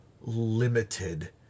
limited